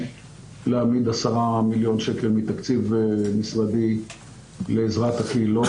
להעמיד 10 מיליון שקל מתקציב משרדי לעזרת הקהילות.